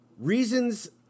Reasons